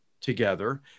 together